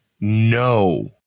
no